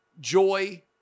joy